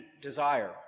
desire